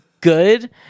good